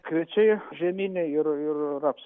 kviečiai žieminiai ir ir rapsai